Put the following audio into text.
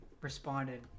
responded